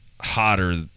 hotter